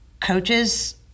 coaches